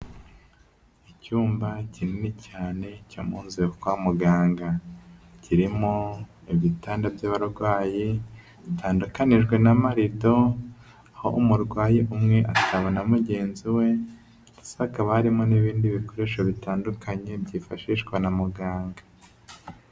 Icyumba kinini cyane cyo mu nzu yokwa muganga, kirimo ibitanda by'abarwayi bitandukanijwe n'amarido, aho umurwayi umwe atabona mugenzi we ndetse hakaba harimo n'ibindi bikoresho bitandukanye byifashishwa na muganga.